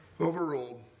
overruled